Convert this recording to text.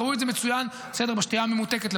ראו את זה מצוין בשתייה הממותקת.